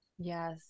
Yes